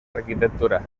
arquitectura